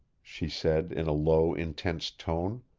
she said in a low, intense tone.